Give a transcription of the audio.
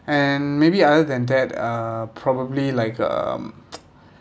and maybe other than that uh probably like um